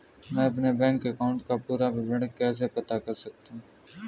मैं अपने bank account का पूरा विवरण कैसे पता कर सकता हूँ?